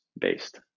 based